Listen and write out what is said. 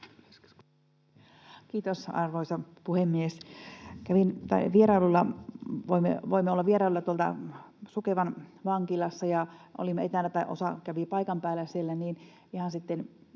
Kiitos, arvoisa puhemies! Kävin vierailulla Sukevan vankilassa, tai olimme etänä tai osa kävi paikan päällä siellä, ja ihan